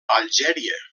algèria